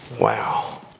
Wow